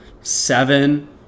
seven